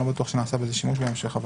אני לא בטוח שנעשה בזה שימוש בהמשך.